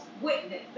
witness